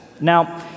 Now